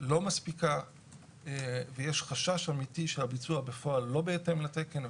לא מספיקה ויש חשש אמיתי שהביצוע בפועל לא בהתאם לתקן.